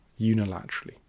unilaterally